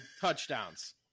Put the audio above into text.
touchdowns